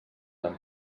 han